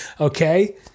Okay